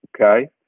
Okay